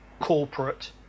corporate